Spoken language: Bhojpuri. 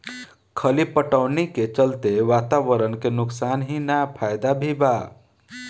खली पटवनी के चलते वातावरण के नुकसान ही ना फायदा भी बा